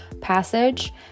passage